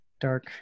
dark